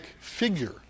figure